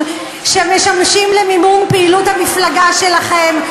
שמשמשים למימון פעילות המפלגה שלכם.